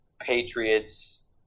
Patriots